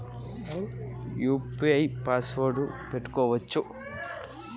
UPI కి ఏం ఐనా పాస్వర్డ్ పెట్టుకోవచ్చా?